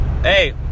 Hey